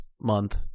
month